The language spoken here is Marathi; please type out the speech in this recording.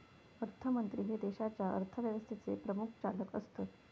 अर्थमंत्री हे देशाच्या अर्थव्यवस्थेचे प्रमुख चालक असतत